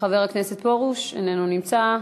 חבר הכנסת פרוש איננו נמצא,